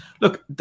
look